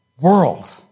world